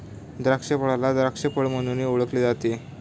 द्राक्षफळाला द्राक्ष फळ म्हणूनही ओळखले जाते